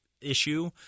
issue